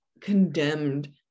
condemned